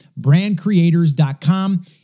brandcreators.com